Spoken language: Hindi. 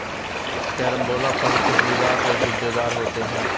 कैरम्बोला फल खुशबूदार और गूदेदार होते है